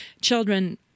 children